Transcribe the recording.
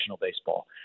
baseball